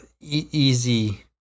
easy